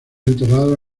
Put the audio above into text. enterrados